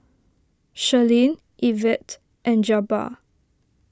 Sherlyn Ivette and Jabbar